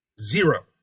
Zero